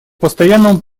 постоянному